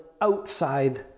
outside